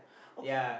okay